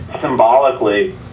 symbolically